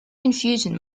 confusion